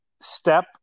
step